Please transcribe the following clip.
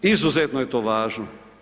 Izuzetno je to važno.